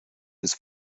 his